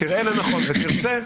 תראה לנכון ותרצה,